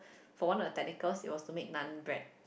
for one of the technicals was to make naan bread